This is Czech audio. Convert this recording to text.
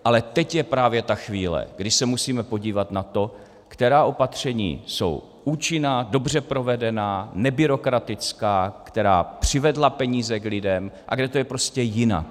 Ale teď je právě ta chvíle, kdy se musíme podívat na to, která opatření jsou účinná, dobře provedená, nebyrokratická, která přivedla peníze k lidem, a kde to je prostě jinak.